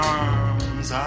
arms